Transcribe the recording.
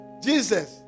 jesus